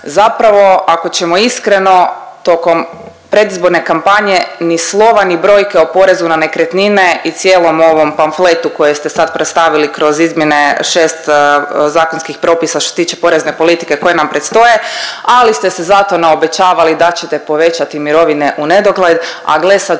Zapravo ako ćemo iskreno tokom predizborne kampanje ni slova ni brojke o porezu na nekretnine i cijelom ovom pamfletu koje ste sad predstavili kroz izmjene šest zakonskih propisa što se tiče porezne politike koje nam predstoje, ali ste se zato naobećavali da ćete povećati mirovine u nedogled, a gle sad